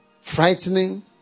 frightening